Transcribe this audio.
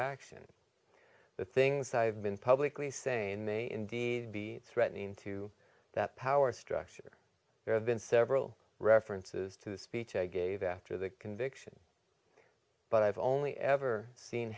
action the things i've been publicly saying may indeed be threatening to that power structure there have been several references to the speech i gave after the conviction but i've only ever seen